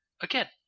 again